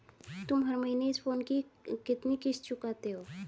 तुम हर महीने इस फोन की कितनी किश्त चुकाते हो?